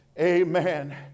Amen